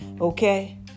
okay